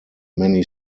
many